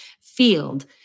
field